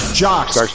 jocks